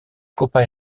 copa